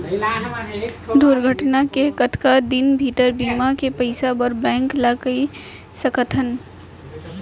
दुर्घटना के कतका दिन भीतर बीमा के पइसा बर बैंक ल कई सकथन?